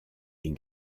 est